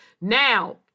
Now